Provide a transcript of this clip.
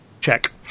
check